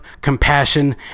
compassion